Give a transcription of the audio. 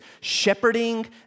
shepherding